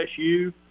LSU